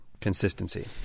consistency